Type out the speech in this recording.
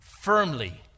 firmly